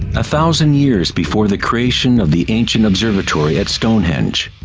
a thousand years before the creation of the ancient observatory at stonehenge,